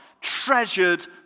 treasured